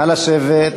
נא לשבת.